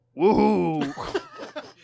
woohoo